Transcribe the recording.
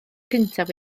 cyntaf